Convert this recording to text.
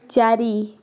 ଚାରି